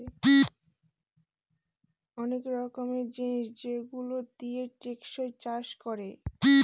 অনেক রকমের জিনিস যেগুলো দিয়ে টেকসই চাষ করে